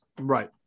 right